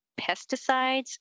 pesticides